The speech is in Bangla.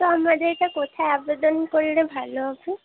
তো আমাদের এটা কোথায় আবেদন করলে ভালো হবে